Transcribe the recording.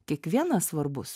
kiekvienas svarbus